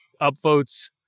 upvotes